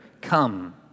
Come